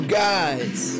guys